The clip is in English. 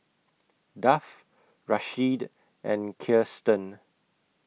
Duff Rasheed and Kiersten